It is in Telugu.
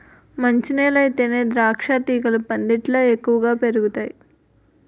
మంచి నేలయితేనే ద్రాక్షతీగలు పందిట్లో ఎక్కువ పెరుగతాయ్